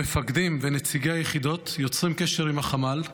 המפקדים ונציגי היחידות יוצרים קשר עם החמ"ל,